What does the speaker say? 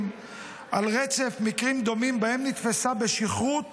על רצף מקרים דומים שבהם נתפסה בשכרות